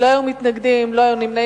לא היו מתנגדים, לא היו נמנעים.